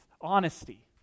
honesty